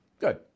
Good